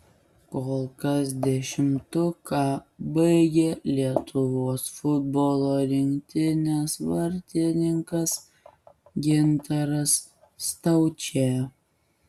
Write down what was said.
kol kas dešimtuką baigia lietuvos futbolo rinktinės vartininkas gintaras staučė